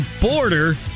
border